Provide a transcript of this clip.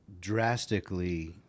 drastically